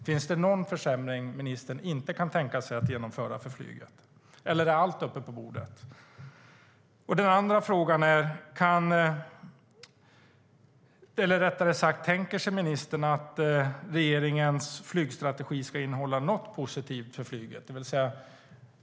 Finns det någon försämring som ministern inte kan tänka sig att genomföra för flyget, eller är allt uppe på bordet? Jag undrar också om ministern tänker att regeringens flygstrategi ska innehålla något positivt för flyget.